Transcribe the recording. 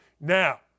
Now